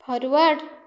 forward